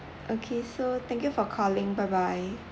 okay so thank you for calling bye bye